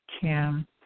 Kim